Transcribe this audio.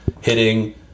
hitting